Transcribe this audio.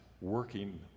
working